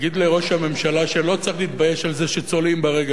תגיד לראש הממשלה שלא צריך להתבייש בזה שצולעים ברגל.